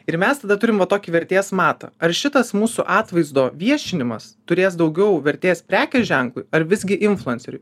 ir mes tada turim va tokį vertės mato ar šitas mūsų atvaizdo viešinimas turės daugiau vertės prekės ženklui ar visgi influenceriui